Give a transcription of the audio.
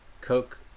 Coke